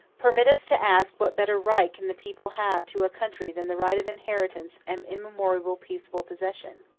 permit us to ask what better right can the people have to a country than the right of inheritance and immemorial peaceable possession?